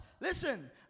Listen